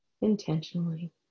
intentionally